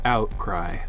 Outcry